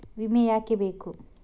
ವಿಮೆ ಯಾಕೆ ಬೇಕು?